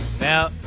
Now